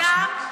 בבקשה?